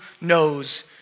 knows